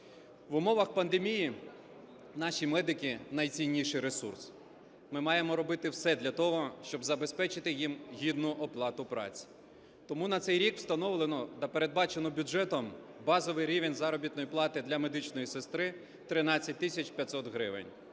В умовах пандемії наші медики – найцінніший ресурс. Ми маємо робити все для того, щоб забезпечити їм гідну оплату праці. Тому на цей рік встановлено та передбачено бюджетом базовий рівень заробітної плати: для медичної сестри 13 тисяч 500 гривень,